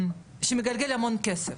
שצריכה להגיד להם לעשות כשרות.